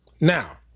Now